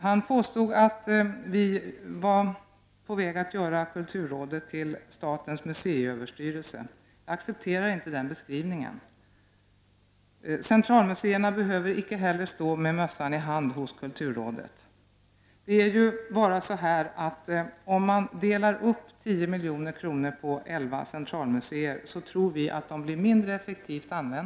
Han påstod att vi var på väg att göra kulturrådet till statens museiöverstyrelse. Jag accepterar inte den beskrivningen. Centralmuseerna behöver inte heller stå med mössan i hand hos kulturrådet. Men om man delar upp 10 miljoner på elva centralmuseer, tror jag att de används mindre effektivt.